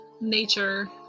nature